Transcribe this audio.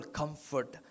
comfort